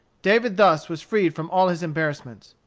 david thus was freed from all his embarrassments.